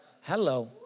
Hello